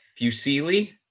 Fusili